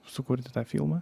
sukurti tą filmą